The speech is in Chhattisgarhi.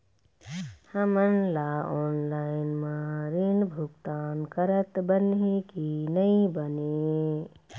हमन ला ऑनलाइन म ऋण भुगतान करत बनही की नई बने?